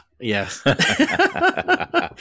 yes